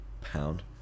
pound